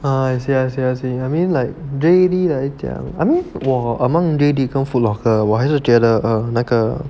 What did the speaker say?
oh I see I see I see that mean like J_D 的 I mean 我 among J_D 跟 Foot Locker 我还是会觉得 um 那个